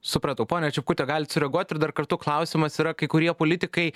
supratau pone čipkute galit sureaguot ir dar kartu klausimas yra kai kurie politikai